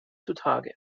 zutage